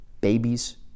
babies